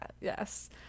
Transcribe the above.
yes